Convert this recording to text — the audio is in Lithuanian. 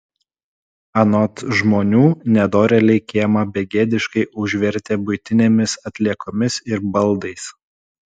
anot žmonių nedorėliai kiemą begėdiškai užvertė buitinėmis atliekomis ir baldais